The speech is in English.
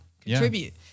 contribute